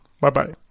Bye-bye